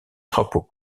crapaud